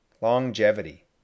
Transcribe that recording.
Longevity